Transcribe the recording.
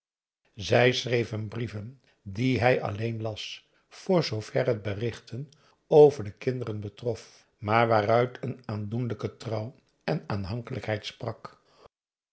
schreef hem brieven die hij alleen las voor zoover het berichten over de kinderen betrof maar waaruit een aandoenlijke trouw en aanhankelijkheid sprak